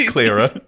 Clearer